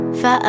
fa